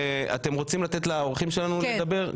אתם רוצים לתת לאורחים שלנו לדבר?